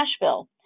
Nashville